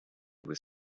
was